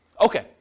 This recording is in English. Okay